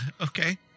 Okay